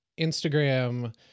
Instagram